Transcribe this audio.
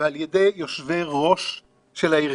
ועל ידי יושבי-ראש של הארגון.